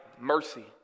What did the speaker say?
mercy